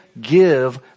give